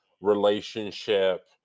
relationship